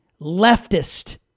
leftist